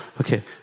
Okay